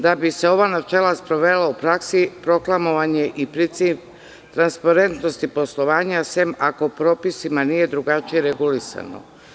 Da bi se ova načela sprovela u praksi proklamovan je i princip transparentnosti poslovanja, osim ako propisima nije drugačije regulisano.